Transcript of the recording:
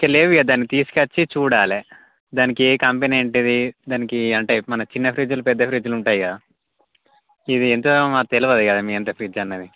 తెలియదుగా దాన్ని తీసుకొచ్చి చూడాలె దానికి ఏ కంపెనీ ఏంటిది దానికి అంటే మన చిన్న ఫ్రిడ్జ్లు పెద్ధ ఫ్రిడ్జ్లు ఉంటాయి కదా ఇది ఏంటో మకు తెలియదు కదా మీ ఏంటో ఫ్రిడ్జ్ అనేది